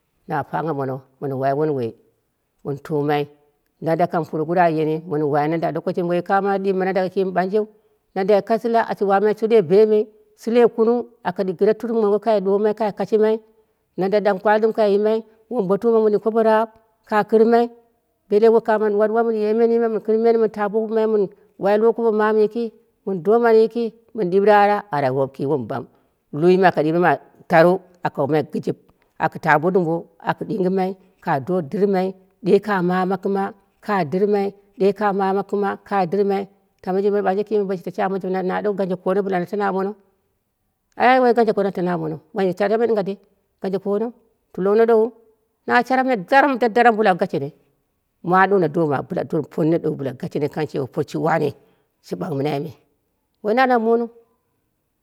Na pangha mono mɨn wai wunduwoi mɨn tumai, nanda kam puroguruwu a yeni mɨn wai nanda lokoshimi woi kamo ɗip ma nanda woi komo mɨ banjeu, nandai kashila ashi wamai shulei bemei, shulei kunung aka gɨre turmi nmongo kai dom kai kashimai, nanda ɗankwali mɨ ka yimai, wombotuma mondin kobo zaap ka kɨramai, belle kamo wom ɗuwa ɗuwa mɨnye menii me mɨn kɨr men mɨn ta bwupumai mɨn wai lo kobo mamu yiki mɨn domanuyiki. mɨn ɗire ara, arai me ki wom bam luume aka ɗire ma tarou aka almai gɨjɨb, aku ta bo dumbo, aku do ɗingɨmai ka dɨrmai ɗe ka mama kɨma ka dɨrmai, ɗe ka mama kɨma ka dɨrmai ta ɓanje kime boshi tashi amonji na ɗou ganjo kono bɨlana tano amono, ai woi ganjo kono na tano amonou, bono tano ɗou ɗɨngha dei ganko konou, tulokno ɗouwu na sharap nene daram da daram bɨla wun gashene, ma ɗou na domo bɨla don ponne ɗon bɨla gashene bɨla kan cewa porshi wane shi ɓak mɨnai me woi na ala muuniu